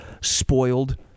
spoiled